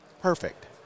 perfect